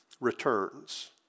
returns